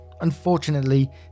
Unfortunately